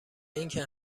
اینکه